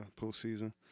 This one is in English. postseason